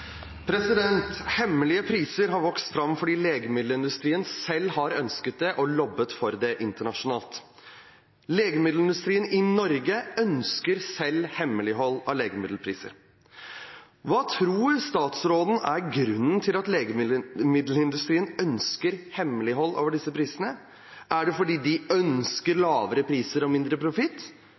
Hemmelige priser har vokst fram fordi legemiddelindustrien selv har ønsket det og lobbet for det internasjonalt. Legemiddelindustrien i Norge ønsker selv hemmelighold av legemiddelpriser. Hva tror statsråden er grunnen til at legemiddelindustrien ønsker hemmelighold av disse prisene? Er det fordi de ønsker lavere priser og mindre profitt,